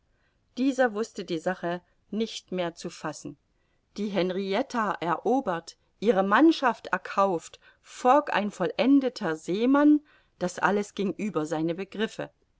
dieser wußte die sache nicht mehr zu fassen die henrietta erobert ihre mannschaft erkauft fogg ein vollendeter seemann das alles ging über seine begriffe